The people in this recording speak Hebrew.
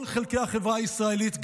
כל חלקי החברה הישראלית,